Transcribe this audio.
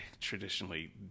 traditionally